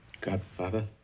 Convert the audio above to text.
Godfather